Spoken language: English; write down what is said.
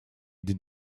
did